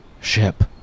Ship